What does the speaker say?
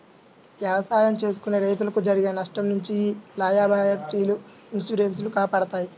ఎవసాయం చేసుకునే రైతులకు జరిగే నష్టం నుంచి యీ లయబిలిటీ ఇన్సూరెన్స్ లు కాపాడతాయి